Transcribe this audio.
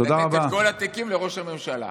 לתת את כל התיקים לראש הממשלה.